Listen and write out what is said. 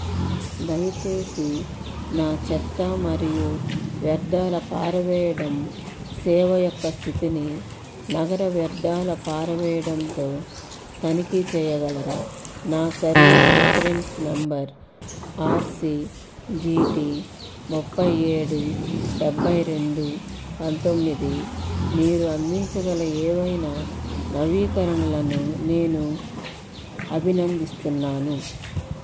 దయచేసి నా చెత్త మరియు వ్యర్థాల పారవేయడం సేవ యొక్క స్థితిని నగర వ్యర్థాల పారవేయడంతో తనిఖీ చేయగలరా నా సర్వీస్ రిఫరెన్స్ నంబర్ ఆర్సిజిటి ముప్పై ఏడు డెబ్బై రెండు పంతొమ్మిది మీరు అందించగల ఏవైనా నవీకరణలను నేను అభినందిస్తున్నాను